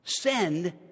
Send